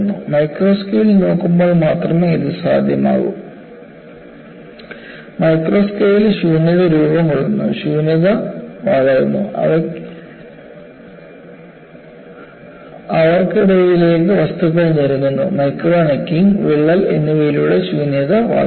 micro scale നോക്കുമ്പോൾ മാത്രമേ ഇത് സാധ്യമാകൂ മൈക്രോ സ്കെയിലിൽ ശൂന്യത രൂപം കൊള്ളുന്നു ശൂന്യത വളരുന്നു അവർക്കിടയിലേക്ക് വസ്തുക്കൾ ഞെരിക്കുന്നു മൈക്രോ നെക്കിംഗ് വിള്ളൽ എന്നിവയിലൂടെ ശൂന്യത വളരുന്നു